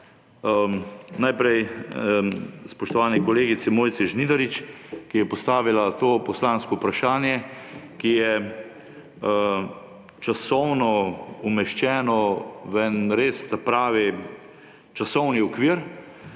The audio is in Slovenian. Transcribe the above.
Najprej spoštovani kolegici Mojci Žnidarič, ki je postavila to poslansko vprašanje, ki je časovno umeščeno v en res ta pravi časovni okvir,